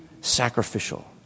sacrificial